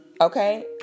Okay